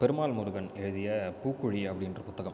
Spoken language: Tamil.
பெருமாள் முருகன் எழுதிய பூக்குழி அப்படின்ற புத்தகம்